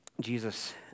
Jesus